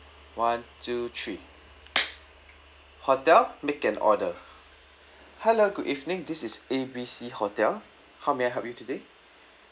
one two three hotel make an order hello good evening this is A B C hotel how may I help you today